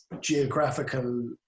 geographical